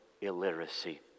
illiteracy